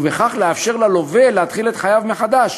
ובכך לאפשר ללווה להתחיל את חייו מחדש